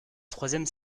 troisième